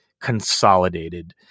consolidated